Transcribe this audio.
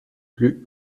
plus